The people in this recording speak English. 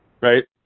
right